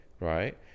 right